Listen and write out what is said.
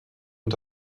und